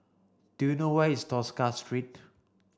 do you know where is Tosca Street